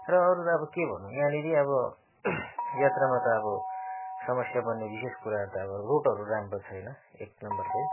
र अरू त अब के भन्नु यहाँनिर अब यात्रामा त अब समस्या बन्ने विशेष कुरा त रोडहरू अब राम्रो छैन एक नम्बर चाहिँ